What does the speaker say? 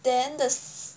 then the s~